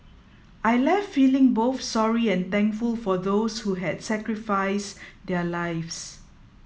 I left feeling both sorry and thankful for those who had sacrificed their lives